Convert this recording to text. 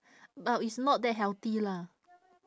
but it's not that healthy lah